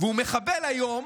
והוא מחבל היום